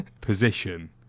position